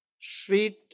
sweet